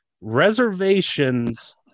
Reservations